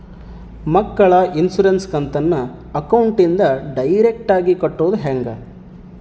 ಮಕ್ಕಳ ಇನ್ಸುರೆನ್ಸ್ ಕಂತನ್ನ ಅಕೌಂಟಿಂದ ಡೈರೆಕ್ಟಾಗಿ ಕಟ್ಟೋದು ಹೆಂಗ?